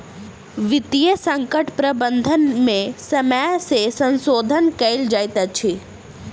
वित्तीय संकट प्रबंधन में समय सॅ संशोधन कयल जाइत अछि